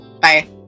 Bye